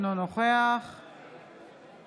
אינו נוכח מרב